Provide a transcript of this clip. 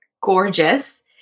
gorgeous